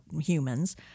humans